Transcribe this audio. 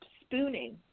spooning